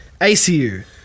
ACU